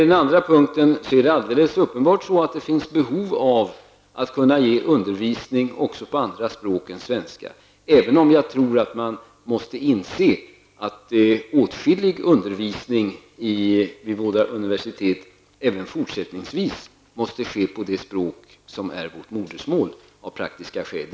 Det finns alldeles uppenbart behov av att ge undervisning även på andra språk än svenska, även om jag tror att man måste inse att åtskillig undervisning vid våra universitet av praktiska skäl även fortsättningsvis måste ske på det språk som är vårt modersmål.